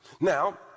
Now